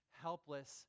helpless